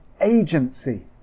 agency